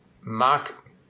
mark